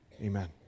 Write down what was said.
Amen